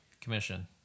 commission